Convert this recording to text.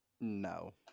No